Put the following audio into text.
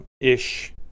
ish